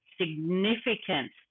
significant